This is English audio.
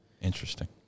Interesting